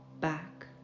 back